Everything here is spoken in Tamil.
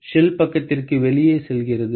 ஷெல் பக்கத்திற்கு வெளியே செல்கிறது